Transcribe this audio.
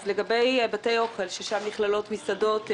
לגבי בתי אוכל ששם נכללים מסעדות,